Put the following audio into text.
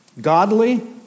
godly